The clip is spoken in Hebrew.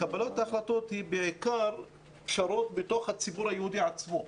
קבלת ההחלטות היא בעיקר פשרות בתוך הציבור היהודי עצמו.